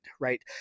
right